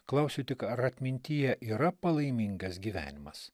klausiu tik ar atmintyje yra palaimingas gyvenimas